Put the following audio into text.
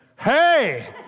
hey